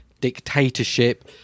dictatorship